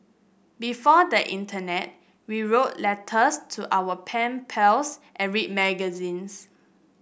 before the internet we wrote letters to our pen pals and read magazines